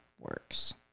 works